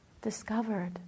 discovered